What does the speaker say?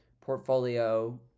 portfolio